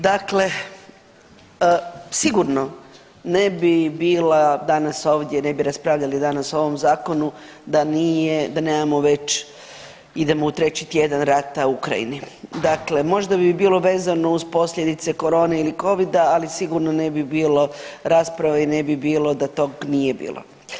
Dakle, sigurno ne bi bila danas ovdje i ne bi raspravljali danas o ovom zakonu da nemamo već idemo u treći tjedan rata u Ukrajini, dakle možda bi bilo vezano uz posljedice korone ili covida, ali sigurno ne bi bilo rasprave i ne bi bilo da tog nije bilo.